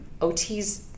OTs